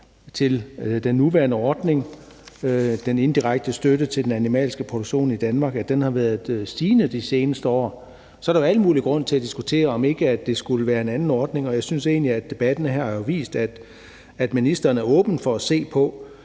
til den nuværende ordning med den indirekte støtte til den animalske produktion i Danmark har været de stigende seneste år, så er der jo al mulig grund til at diskutere, om ikke der skulle være en anden ordning. Jeg synes egentlig, at debatten her har vist, at ministeren er åben for at se på,